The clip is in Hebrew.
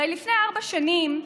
הרי לפני ארבע שנים,